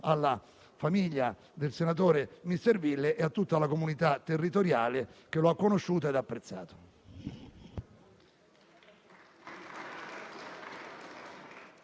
alla famiglia del senatore Misserville e a tutta la comunità territoriale che lo ha conosciuto e apprezzato